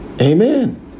Amen